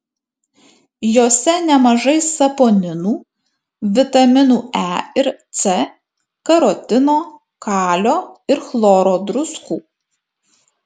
jose nemažai saponinų vitaminų e ir c karotino kalio ir chloro druskų